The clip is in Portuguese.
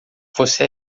você